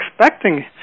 expecting